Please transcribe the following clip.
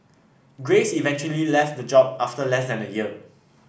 Grace eventually left the job after less than a year